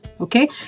okay